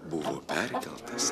buvo perkeltas